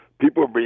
people